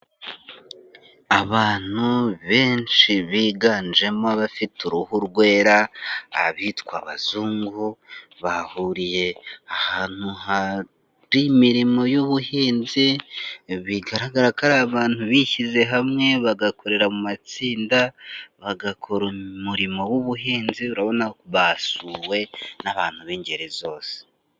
Abantu benshi biganjemo abafite uruhu rwera, abitwa abazungu, bahuriye ahantu hari imirimo y'ubuhinzi bigaragara ko ari abantu bishyize hamwe bagakorera mu matsinda, bagakora umurimo w'ubuhinzi, urabona basuwe n'abantu b'ingeri zose.